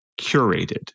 curated